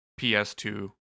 PS2